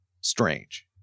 strange